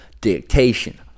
dictation